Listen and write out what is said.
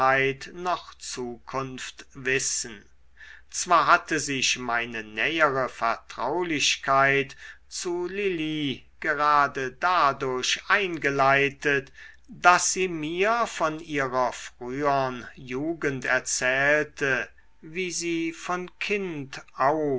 noch zukunft wissen zwar hatte sich meine nähere vertraulichkeit zu lili gerade dadurch eingeleitet daß sie mir von ihrer frühern jugend erzählte wie sie von kind